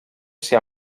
ser